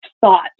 thought